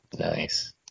Nice